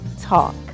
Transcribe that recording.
talk